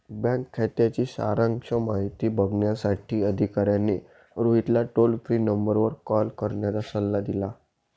bank खात्याची सारांश माहिती बघण्यासाठी अधिकाऱ्याने रोहितला टोल फ्री नंबरवर कॉल करण्याचा सल्ला दिला